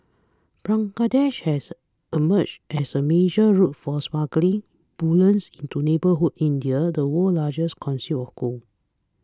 Bangladesh has emerged as a major route for smuggled bullion's into neighbourhood India the world's largest consumer of gold